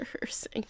rehearsing